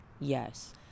yes